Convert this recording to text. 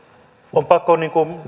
on pakko